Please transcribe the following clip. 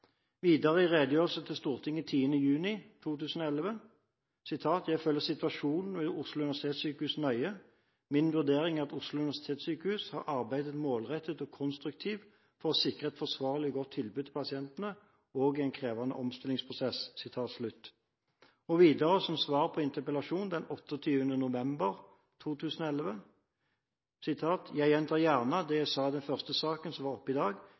Videre i redegjørelse til Stortinget 10. juni 2011: «Jeg følger situasjonen ved Oslo universitetssykehus nøye. Min vurdering er at Oslo universitetssykehus har arbeidet målrettet og konstruktivt for å sikre et forsvarlig og godt tilbud til pasientene, også i en krevende omstillingsprosess.» Videre som svar på interpellasjon 28. november 2011: «Jeg gjentar gjerne det jeg sa i den første saken som var oppe i dag,